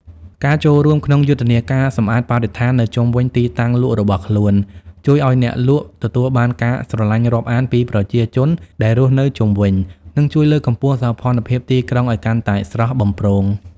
ការចូលរួមក្នុងយុទ្ធនាការសម្អាតបរិស្ថាននៅជុំវិញទីតាំងលក់របស់ខ្លួន ជួយឱ្យអ្នកលក់ទទួលបានការស្រឡាញ់រាប់អានពីប្រជាជនដែលរស់នៅជុំវិញ និងជួយលើកកម្ពស់សោភ័ណភាពទីក្រុងឱ្យកាន់តែស្រស់បំព្រង។